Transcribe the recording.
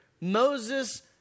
Moses